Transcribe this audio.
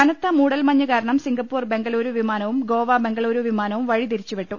കനത്ത മൂടൽമഞ്ഞ് കാരണം സിങ്കപ്പൂർ ബംഗളൂരു വിമാനവും ഗോവ ബംഗളൂരു വിമാനവും വഴിതിരിച്ചു വിട്ടു